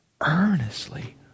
earnestly